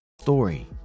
Story